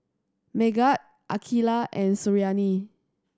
Megat Aqilah and Suriani